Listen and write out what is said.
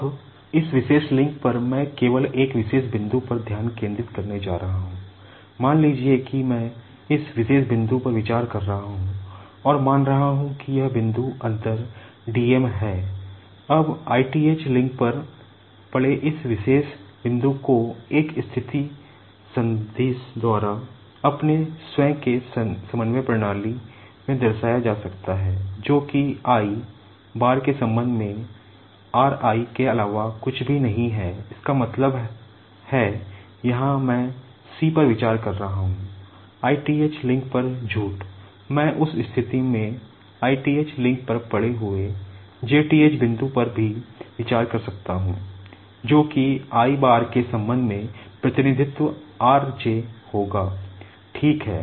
अब इस विशेष लिंक पर मैं केवल एक विशेष बिंदु पर ध्यान केंद्रित करने जा रहा हूं मान लीजिए कि मैं इस विशेष बिंदु पर विचार कर रहा हूं और मान रहा हूं कि यह बिंदु अंतर dm है अब i th लिंक पर पड़े इस विशेष बिंदु को एक स्थिति सदिश द्वारा में दर्शाया जा सकता है जो कि i बार के संबंध में r i के अलावा कुछ भी नहीं है इसका मतलब है यहां मैं सी पर विचार कर रहा हूं I th लिंक पर झूठ मैं उस स्थिति में i th लिंक पर पड़े हुए j th बिंदु पर भी विचार कर सकता हूं जो कि i बार के संबंध में प्रतिनिधित्व r j होगा ठीक है